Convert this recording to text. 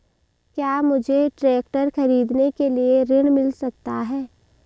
क्या मुझे ट्रैक्टर खरीदने के लिए ऋण मिल सकता है?